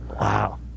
Wow